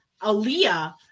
Aaliyah